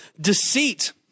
deceit